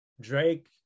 Drake